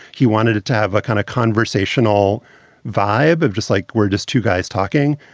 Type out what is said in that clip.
he wanted it to have a kind of conversational vibe of just like we're just two guys talking.